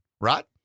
right